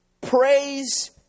praise